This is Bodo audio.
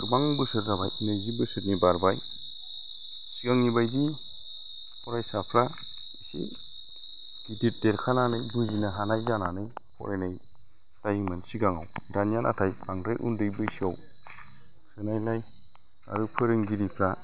गोबां बोसोर जाबाय नैजि बोसोरनि बारबाय सिगांनि बायदि फरायसाफोरा इसे गिदिर देरखानानै बुजिनो हानाय जानानै फरायनाय जायोमोन सिगाङाव दानिया नाथाय बांद्राय उन्दै बैसोआव सोनायलाय आरो फोरोंगिरिफोरा